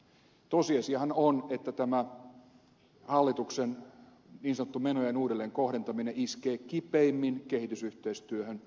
tosiasiahan on että tämä hallituksen niin sanottu menojen uudelleenkohdentaminen iskee kipeimmin kehitysyhteistyöhön